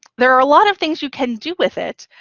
there are a lot of things you can do with it,